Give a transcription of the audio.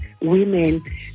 women